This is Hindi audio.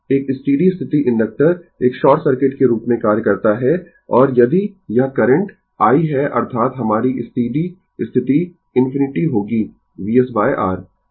एक स्टीडी स्थिति इंडक्टर एक शॉर्ट सर्किट के रूप में कार्य करता है और यदि यह करंट i है अर्थात हमारी स्टीडी स्थिति इन्फिनिटी होगी VsR